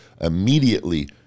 immediately